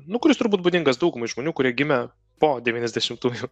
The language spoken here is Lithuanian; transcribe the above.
nu kuris turbūt būdingas daugumai žmonių kurie gimę po devyniasdešimtųjų